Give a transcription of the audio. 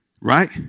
Right